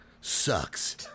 sucks